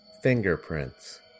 fingerprints